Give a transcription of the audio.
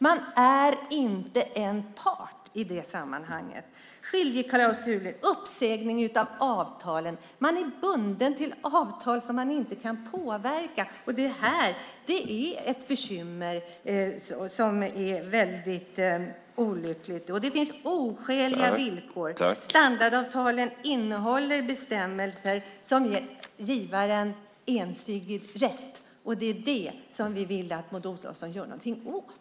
Man är inte en part i det sammanhanget. Det finns skiljeklausuler, och det sker uppsägning av avtalen. Man är bunden till avtal som man inte kan påverka. Det här är ett bekymmer som är väldigt olyckligt. Det finns oskäliga villkor. Standardavtalen innehåller bestämmelser som ger givaren ensidigt rätt, och det är det som vi vill att Maud Olofsson gör någonting åt.